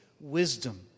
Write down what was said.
wisdom